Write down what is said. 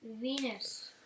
Venus